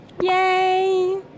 yay